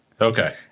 Okay